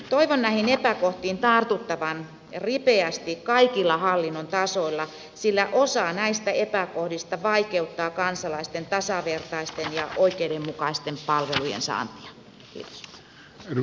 toivon näihin epäkohtiin tartuttavan ripeästi kaikilla hallinnon tasoilla sillä osa näistä epäkohdista vaikeuttaa kansalaisten tasavertaisten ja oikeudenmukaisten palvelujen saantia